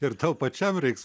ir tau pačiam reiks